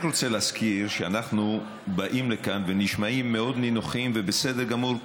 אני רק רוצה להזכיר שאנחנו באים לכאן ונשמעים מאוד נינוחים ובסדר גמור,